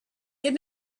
had